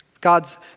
God's